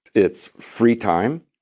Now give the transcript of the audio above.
it's free time,